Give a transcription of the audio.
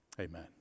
Amen